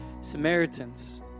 Samaritans